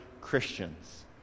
Christians